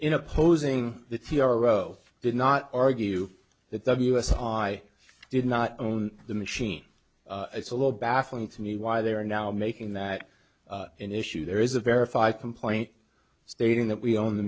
in opposing the t r o did not argue that ws on i did not own the machine it's a little baffling to me why they are now making that an issue there is a verified complaint stating that we own the